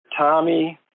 Tommy